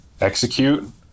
execute